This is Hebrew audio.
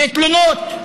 ותלונות.